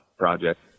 project